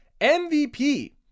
MVP